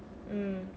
mm